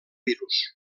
virus